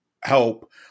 help